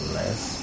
less